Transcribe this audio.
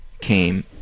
came